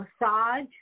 massage